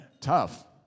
tough